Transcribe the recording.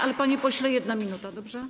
Ale, panie pośle, 1 minuta, dobrze?